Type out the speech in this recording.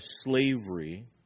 slavery